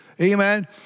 amen